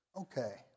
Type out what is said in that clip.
okay